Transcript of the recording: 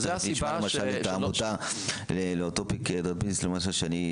אנחנו נשמע למשל את העמותה לאטופיק דרמטיסיס למשל.